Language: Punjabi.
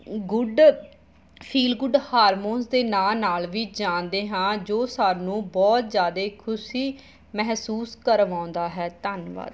ਗੁਡ ਫੀਲ ਗੁੱਡ ਹਾਰਮੋਨ ਦੇ ਨਾਂ ਨਾਲ ਵੀ ਜਾਣਦੇ ਹਾਂ ਜੋ ਸਾਨੂੰ ਬਹੁਤ ਜ਼ਿਆਦਾ ਖੁਸ਼ੀ ਮਹਿਸੂਸ ਕਰਵਾਉਂਦਾ ਹੈ ਧੰਨਵਾਦ